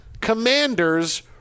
Commanders